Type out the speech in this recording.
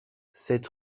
sept